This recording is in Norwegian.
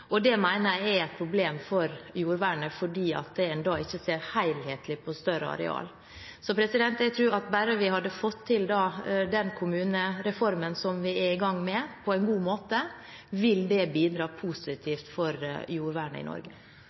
Det mener jeg er et problem for jordvernet fordi en da ikke ser helhetlig på større areal. Jeg tror at bare vi hadde fått til den kommunereformen som vi er i gang med, på en god måte, ville det bidra positivt for jordvernet i Norge.